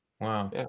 Wow